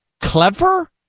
Clever